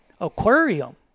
aquarium